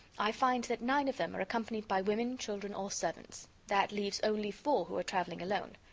i find that nine of them are accompanied by women, children or servants. that leaves only four who are traveling alone.